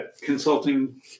consulting